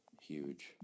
Huge